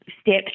steps